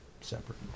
separate